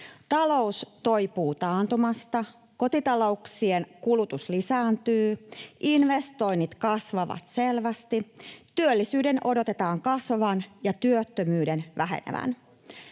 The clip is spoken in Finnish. talous toipuu taantumasta, kotitalouksien kulutus lisääntyy, investoinnit kasvavat selvästi, työllisyyden odotetaan kasvavan ja työttömyyden vähenevän.